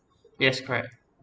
yes correct